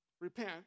Repent